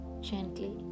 Gently